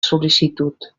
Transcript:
sol·licitud